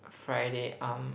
Friday um